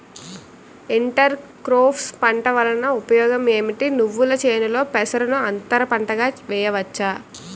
Inter crops పంట వలన ఉపయోగం ఏమిటి? నువ్వుల చేనులో పెసరను అంతర పంటగా వేయవచ్చా?